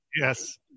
yes